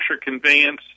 conveyance